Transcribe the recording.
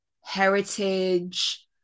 heritage